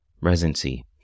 Residency